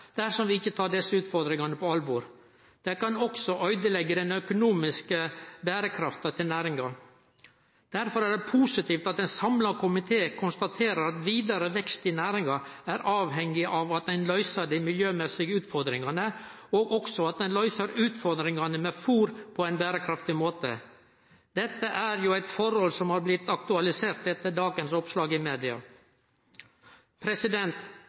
dersom vi ikkje tar desse utfordringane på alvor. Det kan også øydelegge den økonomiske berekrafta til næringa. Derfor er det positivt at ein samla komité konstaterer at vidare vekst i næringa er avhengig av at ein løyser dei miljømessige utfordringane, og at ein også løyser utfordringane med fôr på ein berekraftig måte. Dette er jo eit forhold som har blitt aktualisert etter dagens oppslag i media.